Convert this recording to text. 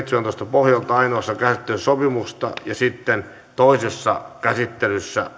pohjalta ainoassa käsittelyssä sopimuksesta ja sitten toisessa käsittelyssä